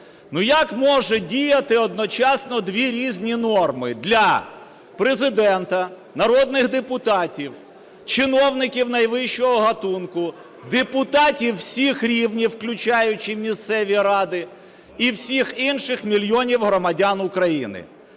ну, як можуть діяти одночасно дві різні норми для Президента, народних депутатів, чиновників найвищого ґатунку, депутатів всіх рівнів, включаючи місцеві ради, і всіх інших мільйонів громадян України?